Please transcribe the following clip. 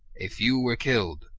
a few were killed,